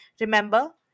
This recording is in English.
Remember